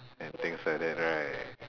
and things like that right